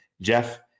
Jeff